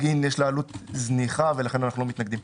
אין יש לה עלות זניחה ולכן אנחנו לא מתנגדים.